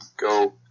Go